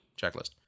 checklist